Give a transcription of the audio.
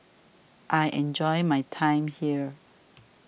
I enjoy my time here